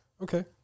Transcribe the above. Okay